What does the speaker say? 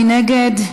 מי נגד?